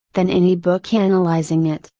than any book analyzing it,